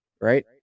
Right